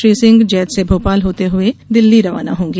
श्री सिंह जैत से भोपाल होते हुए दिल्ली रवाना होंगे